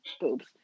boobs